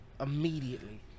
immediately